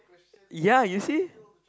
ya you see